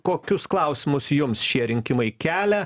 kokius klausimus jums šie rinkimai kelia